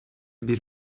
bir